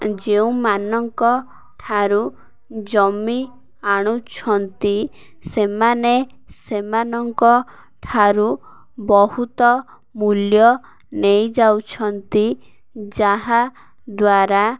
ଯେଉଁମାନଙ୍କ ଠାରୁ ଜମି ଆଣୁଛନ୍ତି ସେମାନେ ସେମାନଙ୍କ ଠାରୁ ବହୁତ ମୂଲ୍ୟ ନେଇ ଯାଉଛନ୍ତି ଯାହା ଦ୍ୱାରା